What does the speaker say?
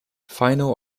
final